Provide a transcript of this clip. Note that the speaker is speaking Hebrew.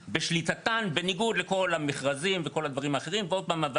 בשליטתן, בניגוד לכל המכרזים וכל הדברים האחרים.